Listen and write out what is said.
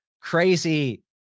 crazy